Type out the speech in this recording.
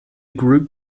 group